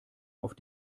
auf